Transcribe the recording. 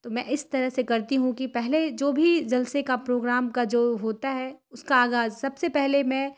تو میں اس طرح سے کرتی ہوں کہ پہلے جو بھی جلسے کا پروگرام کا جو ہوتا ہے اس کا آغاز سب سے پہلے میں